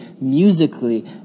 musically